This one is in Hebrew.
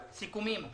סיכומים.